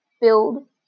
build